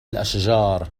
الأشجار